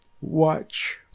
Watch